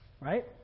Right